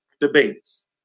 debates